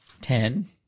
Ten